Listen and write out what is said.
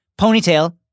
ponytail